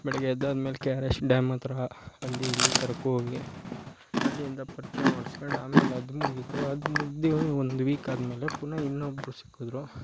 ಬೆಳಿಗ್ಗೆ ಎದ್ದಾದಮೇಲೆ K R S dam ಹತ್ರ ಅಲ್ಲಿ ಇಲ್ಲಿ ಕರ್ಕೊ ಹೋಗಿ ಅಲ್ಲಿಂದ ಪರಿಚಯ ಮಾಡಿಸ್ಕೊಂಡು ಆಮೇಲೆ ಅದು ಮುಗೀತು ಅದು ಮುಗ್ದು ಒಂದು ವೀಕ್ ಆದಮೇಲೆ ಪುನಃ ಇನ್ನೊಬ್ರು ಸಿಕ್ಕಿದ್ರು